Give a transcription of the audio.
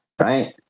Right